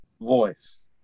voice